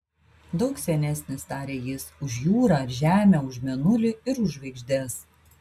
daug senesnis tarė jis už jūrą ar žemę už mėnulį ir už žvaigždes